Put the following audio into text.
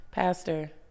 Pastor